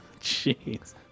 Jeez